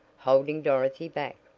holding dorothy back.